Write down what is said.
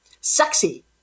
sexy